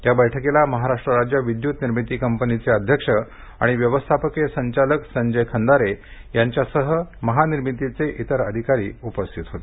या बैठकीला महाराष्ट्र राज्य विद्यूत निर्मिती कंपनीचे अध्यक्ष आणि व्यवस्थापकीय संचालक संजय खंदारे यांच्यासह महानिर्मितीचे इतर अधिकारी उपस्थित होते